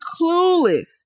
clueless